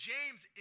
James